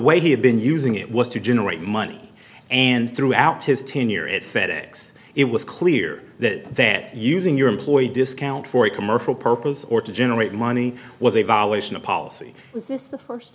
way he had been using it was to generate money and throughout his tenure at fed ex it was clear that that using your employee discount for a commercial purpose or to generate money was a violation of policy